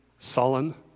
Sullen